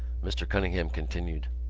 mr. cunningham continued.